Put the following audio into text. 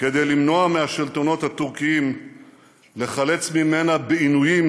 כדי למנוע מהשלטונות הטורקיים לחלץ ממנה בעינויים,